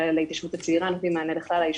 להתיישבות הצעירה נותנים מענה לכלל הישובים,